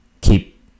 keep